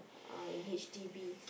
uh in H_D_B